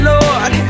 Lord